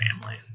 family